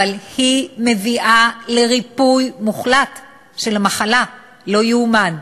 אבל היא מביאה לריפוי מוחלט של המחלה, לא יאומן.